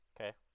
Okay